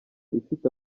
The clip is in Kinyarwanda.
ifite